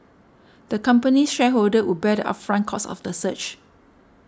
the company's shareholders would bear the upfront costs of the search